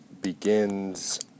begins